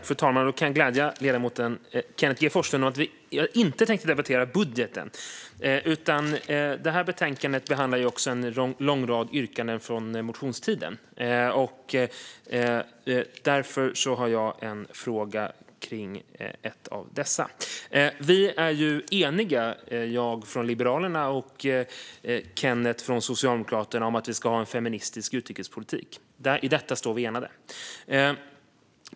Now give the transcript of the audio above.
Fru talman! Jag kan glädja ledamoten Kenneth G Forslund med att jag inte tänkte debattera budgeten. Det här betänkandet behandlar även en lång rad yrkanden från motionstiden, och jag har en fråga kring ett av dessa. Jag från Liberalerna och Kenneth från Socialdemokraterna är ju eniga om att vi ska ha en feministisk utrikespolitik. I detta står vi enade.